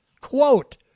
Quote